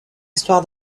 histoire